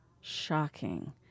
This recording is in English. shocking